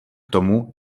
tomu